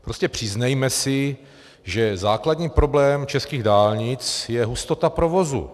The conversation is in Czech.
Prostě přiznejme si, že základní problém českých dálnic je hustota provozu.